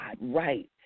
right